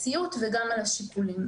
הוא אמר את זה ברמב"ם.